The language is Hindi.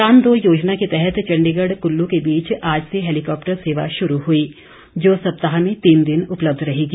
उड़ान दो उड़ान दो योजना के तहत चंडीगढ़ कुल्लू के बीच आज से हेलिकॉप्टर सेवा शुरू हुई जो सप्ताह में तीन दिन उपलब्ध रहेगी